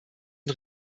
und